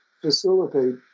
facilitate